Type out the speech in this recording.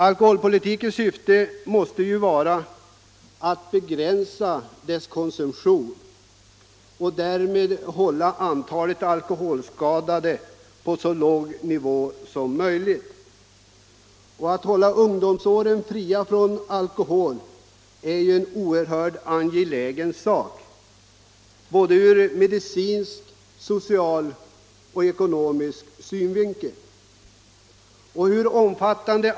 Alkoholpolitikens syfte måste vara att begränsa konsumtionen och därmed hålla antalet alkoholskadade på en så låg nivå som möjligt. Att hålla ungdomsåren fria från alkohol är oerhört angeläget från såväl medicinsk och social som ekonomisk synpunkt.